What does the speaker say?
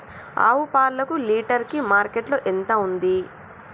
ఆవు పాలకు లీటర్ కి మార్కెట్ లో ఎంత ఉంది?